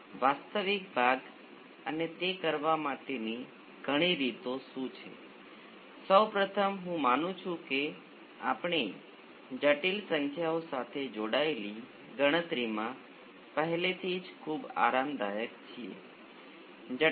હવે કારણ કે તમારી પાસે વધારે સ્વતંત્ર સ્ત્રોતો હોઈ શકે છે અને તમે ઘટકોને ગમે ત્યાં વિભાજિત કરી શકો છો તમારી પાસે ખૂબ જટિલ દેખાતી સર્કિટ હોઈ શકે છે જે આખરે શ્રેણી RLC અથવા સમાંતર RL C સુધી ઘટાડે છે